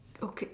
okay